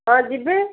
ହଁ ଯିବେ